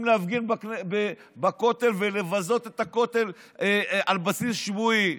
להפגין בכותל ולבזות את הכותל על בסיס שבועי.